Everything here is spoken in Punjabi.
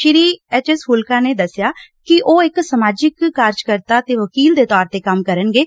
ਸ੍ਰੀ ਐਚ ਐਸ ਫੂਲਕਾ ਨੇ ਦਸਿਐ ਕਿ ਉਹ ਇਕ ਸਮਾਜਿਕ ਕਾਰਜਕਰਤਾ ਤੇ ਵਕੀਲ ਦੇ ਤੌਰ ਤੇ ਕੰਮ ਕਰਨਗੇ